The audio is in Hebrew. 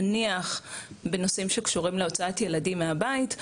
נניח, בנושאים שקשורים להוצאת ילדים מהבית.